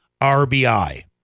RBI